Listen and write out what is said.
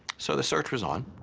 so the search was on.